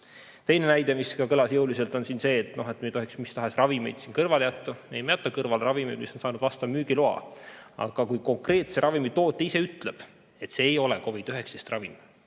väide, mis kõlas jõuliselt, on see, et me ei tohiks mis tahes ravimeid siin kõrvale jätta. Ei, me ei jäta kõrvale ravimeid, mis on saanud vastava müügiloa. Aga kui konkreetse ravimi tootja ise ütleb, et see ei ole COVID-19 ravim,